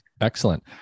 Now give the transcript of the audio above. Excellent